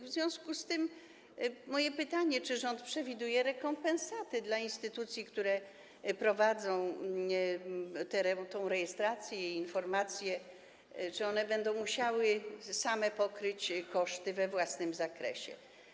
W związku z tym mam pytanie: Czy rząd przewiduje rekompensatę dla instytucji, które prowadzą tę rejestrację i informację, czy one będą musiały pokryć koszty same, we własnym zakresie?